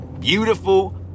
Beautiful